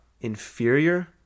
inferior